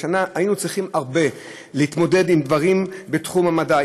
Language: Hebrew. השנה היינו צריכים להתמודד עם דברים בתחום המדע.